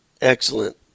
excellent